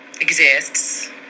exists